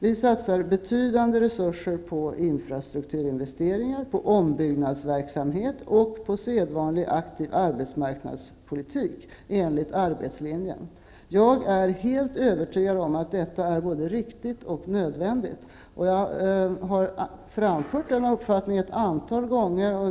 Vi satsar betydande resurser på infrastrukturinvesteringar, på ombyggnadsverksamhet och på sedvanlig aktiv arbetsmarknadspolitik enligt arbetslinjen. Jag är helt övertygad om att detta är både riktigt och nödvändigt. Jag har framfört denna uppfattning ett antal gånger.